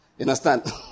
understand